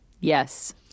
Yes